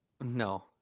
no